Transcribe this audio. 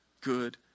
good